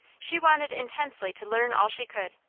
she wanted intensely to learn all she could,